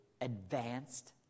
advanced